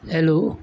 hello